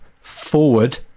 forward